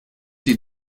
die